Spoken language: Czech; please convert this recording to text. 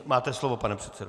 Máte slovo, pane předsedo.